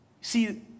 See